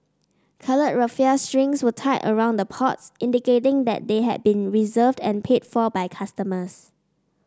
coloured raffia strings were tied around the pots indicating they had been reserved and paid for by customers